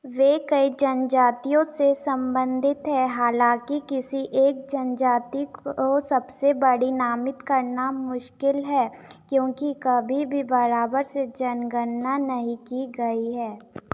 वह कई जनजातियों से संबंधित हैं हालाँकि किसी एक जनजाति को सबसे बड़ी नामित करना मुश्किल है क्योंकि कभी भी बराबर से जनगणना नहीं की गई है